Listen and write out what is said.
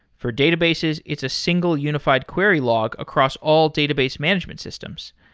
for databases, it's a single unified query log across all database management systems.